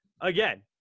again